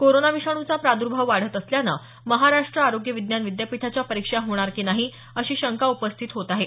corona विषाणूचा प्रादूर्भाव वाढत असल्यानं महाराष्ट्र आरोग्य विज्ञान विद्यापीठाच्या परीक्षा होणार की नाही अशी शंका उपस्थित होत आहे